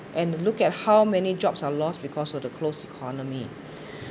and look at how many jobs are lost because of the closed economy